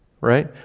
right